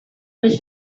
was